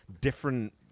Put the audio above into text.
different